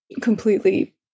completely